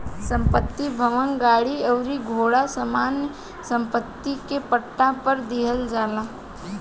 संपत्ति, भवन, गाड़ी अउरी घोड़ा सामान्य सम्पत्ति के पट्टा पर दीहल जाला